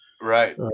Right